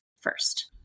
first